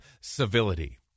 civility